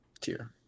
tier